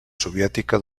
soviètica